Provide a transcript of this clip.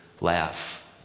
laugh